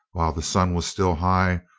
while the sun was still high,